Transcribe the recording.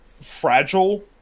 fragile